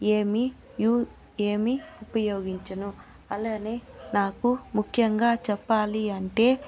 ఏమి యు ఏమి ఉపయోగించును అలానే నాకు ముఖ్యంగా చెప్పాలి అంటే